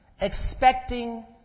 Expecting